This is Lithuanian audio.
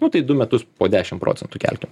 nu tai du metus po dešim procentų kelkim